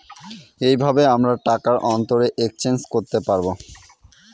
এইভাবে আমরা টাকার অন্তরে এক্সচেঞ্জ করতে পাবো